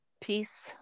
peace